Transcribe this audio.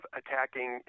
attacking